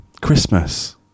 Christmas